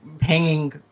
hanging